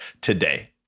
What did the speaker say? today